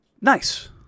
nice